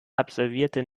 absolvierte